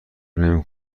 نمی